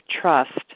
trust